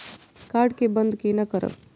Card के बन्द केना करब?